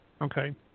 Okay